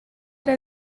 era